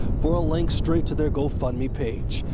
for a link straight to their gofundme page.